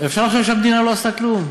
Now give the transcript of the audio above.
ואפשר לחשוב שהמדינה לא עושה כלום,